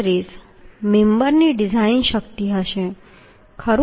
36 મેમ્બરની ડિઝાઇન શક્તિ હશે ખરું